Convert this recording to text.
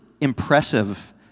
impressive